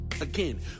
Again